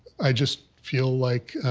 i just feel like